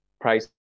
price